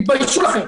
תתביישו לכם.